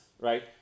right